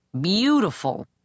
Beautiful